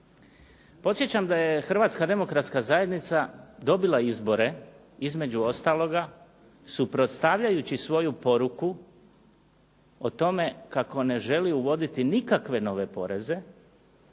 Podsjećam da je Hrvatska demokratska zajednica dobila izbore između ostaloga suprotstavljajući svoju poruku o tome kako ne želi uvoditi nikakve nove poreze